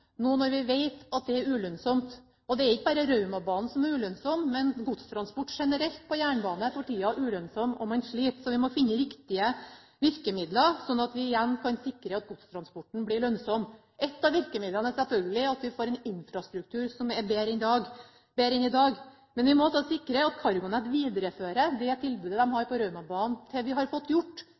nå når vi vet at det er ulønnsomt. Det er ikke bare Raumabanen som er ulønnsom, men godstransport generelt på jernbane er for tida ulønnsom, og man sliter. Man må finne riktige virkemidler, slik at vi igjen kan sikre at godstransporten blir lønnsom. Et av virkemidlene er selvfølgelig at vi får en infrastruktur, som er bedre enn i dag. Men vi må også sikre at CargoNet viderefører det tilbudet de har på Raumabanen til vi har fått gjort